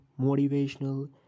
motivational